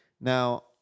now